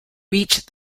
reach